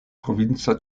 provinca